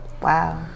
Wow